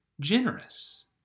generous